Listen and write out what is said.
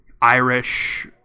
Irish